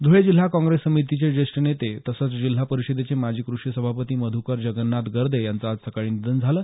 धुळे जिल्हा काँग्रेस समितीचे ज्येष्ठ नेते तसंच जिल्हा परिषदेचे माजी कृषी सभापती मध्कर जगन्नाथ गर्दे यांचं आज सकाळी निधन झालं